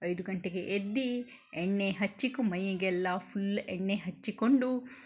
ಐದು ಗಂಟೆಗೆ ಎದ್ದು ಎಣ್ಣೆ ಹಚ್ಚಿಕೊ ಮೈಗೆಲ್ಲ ಫುಲ್ ಎಣ್ಣೆ ಹಚ್ಚಿಕೊಂಡು